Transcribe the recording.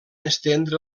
estendre